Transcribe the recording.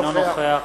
אינו נוכח